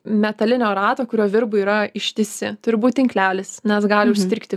metalinio rato kurio virbai yra ištisi turi būt tinklelis nes gali užstrigti